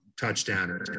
touchdown